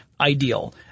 ideal